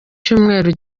cyumweru